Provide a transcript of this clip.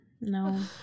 No